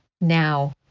now